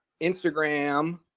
Instagram